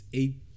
eight